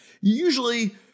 Usually